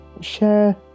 share